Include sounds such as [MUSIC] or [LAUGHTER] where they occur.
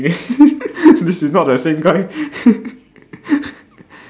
[LAUGHS] this is not the same kind [LAUGHS]